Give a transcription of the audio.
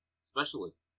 specialist